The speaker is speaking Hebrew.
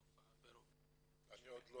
סופה ורוברט --- אני עוד לא